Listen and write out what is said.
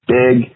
big